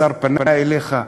השר פנה אליך?